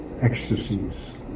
ecstasies